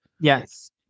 yes